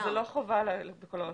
זה לא חובה בכל הרשויות.